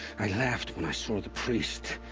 i laughed when i saw the priest.